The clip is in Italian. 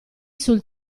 sul